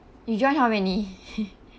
you join how many